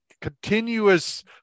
continuous